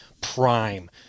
prime